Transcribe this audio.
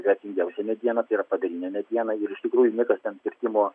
vertingiausią medieną tai yra padalinę medieną ir iš tikrųjų niekas ten kirtimo